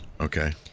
Okay